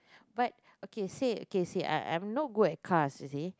but okay say okay say I I am no good at cars you see